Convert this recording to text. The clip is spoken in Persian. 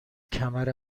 کمر